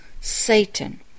Satan